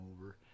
over